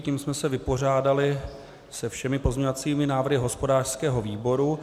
Tím jsme se vypořádali se všemi pozměňovacími návrhy hospodářského výboru.